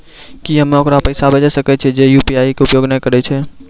की हम्मय ओकरा पैसा भेजै सकय छियै जे यु.पी.आई के उपयोग नए करे छै?